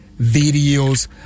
videos